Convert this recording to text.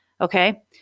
Okay